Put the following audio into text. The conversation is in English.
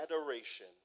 adoration